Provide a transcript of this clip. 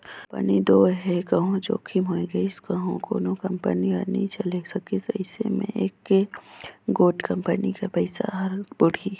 company दो हे कहों जोखिम होए गइस कहों कोनो कंपनी हर नी चले सकिस अइसे में एके गोट कंपनी कर पइसा हर बुड़ही